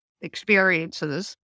experiences